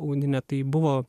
audinė tai buvo